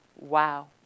Wow